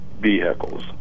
vehicles